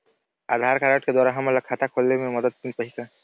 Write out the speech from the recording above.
आधार card के द्वारा हमन ला खाता खोले म मदद मिल पाही का?